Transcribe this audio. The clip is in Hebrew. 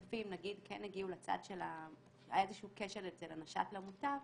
כשל של הנש"ת למוטב,